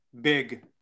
big